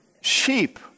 Sheep